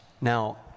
Now